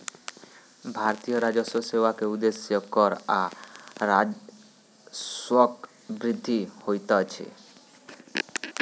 भारतीय राजस्व सेवा के उदेश्य कर आ राजस्वक वृद्धि होइत अछि